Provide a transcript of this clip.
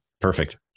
Perfect